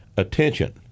attention